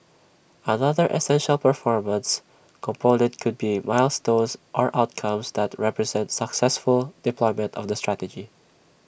another essential performance component could be milestones or outcomes that represent successful deployment of the strategy